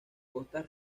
costas